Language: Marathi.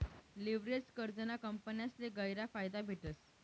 लिव्हरेज्ड कर्जना कंपन्यासले गयरा फायदा भेटस